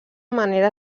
manera